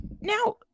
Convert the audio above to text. Now